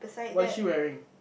what is she wearing